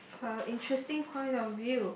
uh interesting point of view